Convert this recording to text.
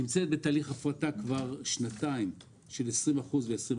היא נמצאת בתהליך הפרטה כבר שנתיים של 20% ו-20%.